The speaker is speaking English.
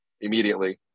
immediately